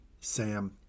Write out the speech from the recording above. Sam